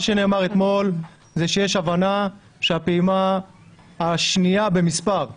נאמר אתמול שיש הבנה שהפעימה השנייה במספר --- השלישית.